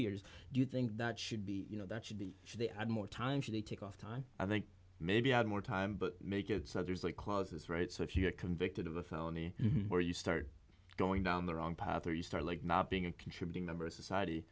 years do you think that should be you know that should be should they had more time should they take off time i think maybe add more time but make it so there's like clauses right so if you're convicted of a felony or you start going down the wrong path or you start like not being a contributing member of society